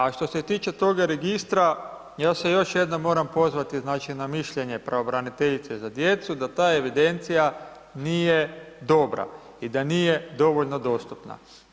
A što se tiče toga registra, ja se još jednom moram pozvati znači na mišljenje pravobraniteljice za djecu da ta evidencija nije dobra i da nije dovoljno dostupna.